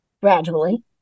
Gradually